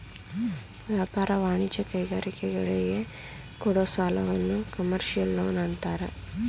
ವ್ಯಾಪಾರ, ವಾಣಿಜ್ಯ, ಕೈಗಾರಿಕೆಗಳಿಗೆ ಕೊಡೋ ಸಾಲವನ್ನು ಕಮರ್ಷಿಯಲ್ ಲೋನ್ ಅಂತಾರೆ